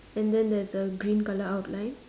and then there's a green colour outline